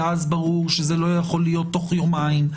ואז ברור שזה לא יכול להיות תוך יומיים.